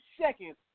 seconds